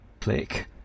click